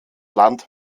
land